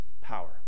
power